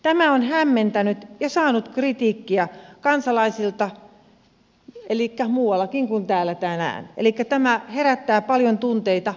tämä on saanut kritiikkiä kansalaisilta ja hämmentänyt muuallakin kuin täällä tänään elikkä tämä herättää paljon tunteita ja huolta